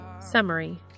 Summary